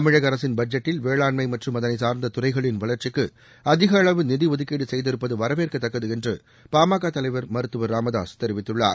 தமிழக அரசின் பட்ஜெட்டில் வேளாண்மை மற்றும் அதனைச் சாா்ந்த துறைகளின் வளா்ச்சிக்கு அதிக அளவு நிதி ஒதுக்கீடு செய்திருப்பது வரவேற்கத்தக்கது என்று பா ம க தலைவர் மருத்துவர் ராமதாஸ் தெரிவித்துள்ளார்